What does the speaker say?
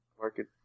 Market